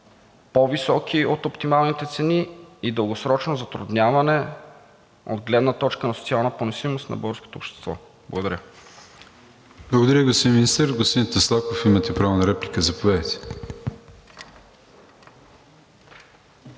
по-високи от оптималните цени и дългосрочно затрудняване от гледна точка на социална поносимост на българското общество. Благодаря. ПРЕДСЕДАТЕЛ АТАНАС АТАНАСОВ: Благодаря, господин Министър. Господин Таслаков, имате право на реплика. Заповядайте.